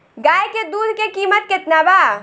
गाय के दूध के कीमत केतना बा?